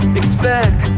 expect